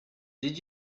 did